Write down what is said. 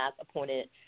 appointed